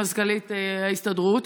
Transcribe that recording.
מזכ"לית ההסתדרות,